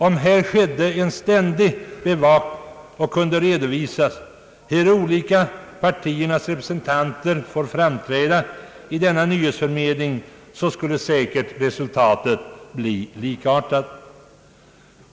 Om här skedde en ständig bevakning och om det kunde redovisas hur de olika partiernas representanter får framträda i denna nyhetsförmedling, så skulle säkert resultatet bli likartat.